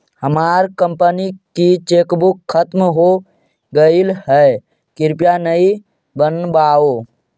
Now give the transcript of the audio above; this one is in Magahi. हमार कंपनी की चेकबुक खत्म हो गईल है, कृपया नई बनवाओ